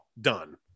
done